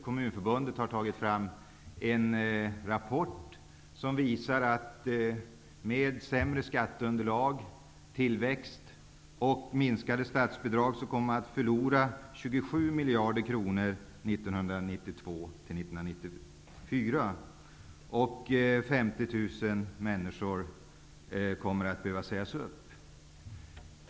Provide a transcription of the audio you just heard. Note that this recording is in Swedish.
Kommunförbundet har tagit fram en rapport som visar att man med sämre skatteunderlag, sämre tillväxt och minskade stats bidrag kommer att förlora 27 miljarder kronor från 1992 till 1994. 50 000 människor kommer att behöva sägas upp.